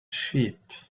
sheep